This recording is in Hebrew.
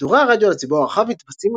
שידורי הרדיו לציבור הרחב מתבצעים